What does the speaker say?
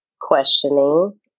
questioning